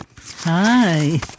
Hi